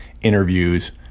interviews